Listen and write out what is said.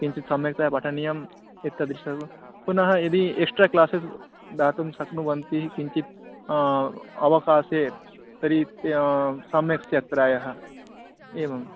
किञ्चित् सम्यक्तया पठनीयम् एत्तादृशं पुनः यदि एक्ट्रा क्लासेस् दातुं शक्नुवन्ति किञ्चित् अवकाशे तर्हि सम्यक् स्यात् प्रायः एवम्